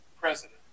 president